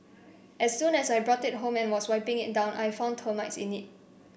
as soon as I brought it home and was wiping it down I found termites in it